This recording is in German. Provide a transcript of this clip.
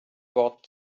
wort